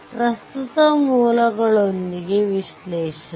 ವಿದ್ಯುತ್ ಮೂಲಗಳೊಂದಿಗೆ ವಿಶ್ಲೇಷಣೆ